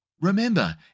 Remember